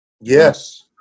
Yes